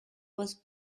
was